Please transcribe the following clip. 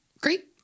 Great